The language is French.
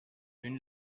une